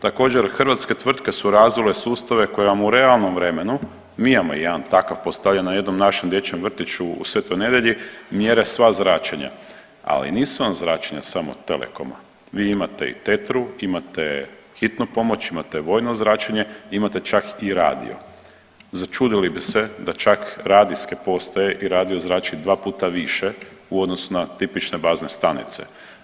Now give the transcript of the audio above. Također hrvatske tvrtke su razvile sustave koji vam u realnom vremenu, mi imamo jedan takav postavljen na jednom našem dječjem vrtiću u Svetoj Nedjelji mjere sva zračenja, ali nisu vam zračenja samo od Telekoma, vi imate i Tetru, imate Hitnu pomoć, imate vojno zračenje, imate čak i radio, začudili bi se da čak radijske postaje i radio zrači dva puta više u odnosu na tipične bazne stanice.